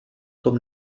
tom